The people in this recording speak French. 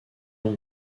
l’on